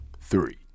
three